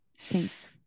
Thanks